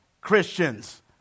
Christians